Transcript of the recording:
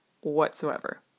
whatsoever